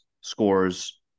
scores